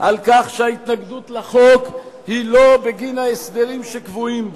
על כך שההתנגדות לחוק היא לא בגין ההסדרים שקבועים בו,